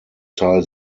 teil